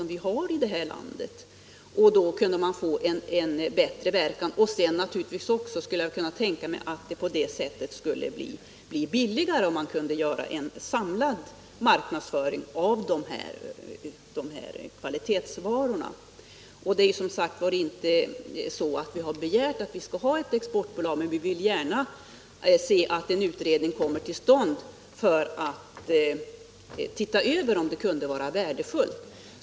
Därigenom borde marknadsföringen få en bättre verkan. Naturligtvis skulle jag också kunna tänka mig att det skulle bli billigare med en samlad marknadsföring av de här kvalitetsvarorna. Som sagt var har vi inte begärt att få ett exportbolag, men vi vill gärna se att en utredning kommer till stånd för att undersöka om det kunde vara värdefullt.